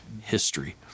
history